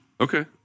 Okay